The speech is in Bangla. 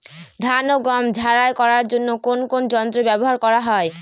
ধান ও গম ঝারাই করার জন্য কোন কোন যন্ত্র ব্যাবহার করা হয়?